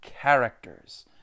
characters